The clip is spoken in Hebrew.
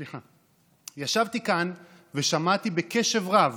ישבתי כאן ושמעתי בקשב רב